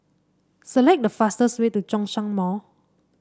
select the fastest way to Zhongshan Mall